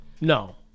no